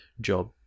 job